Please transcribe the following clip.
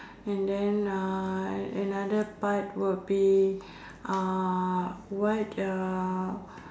and then uh another part would be uh what uh